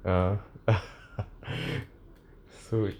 ya so